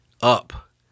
up